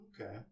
okay